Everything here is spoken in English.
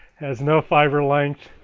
has no fiber length,